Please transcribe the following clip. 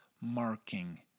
marking